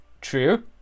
true